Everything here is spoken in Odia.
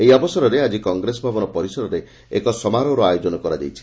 ଏହି ଅବସରରେ ଆଜି କଂଗ୍ରେସ ଭବନ ପରିସରରେ ଏକ ସମାରୋହର ଆୟୋଜନ କରାଯାଇଛି